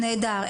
נהדר,